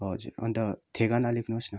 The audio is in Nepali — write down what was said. हजुर अन्त ठेगाना लेख्नुहोस् न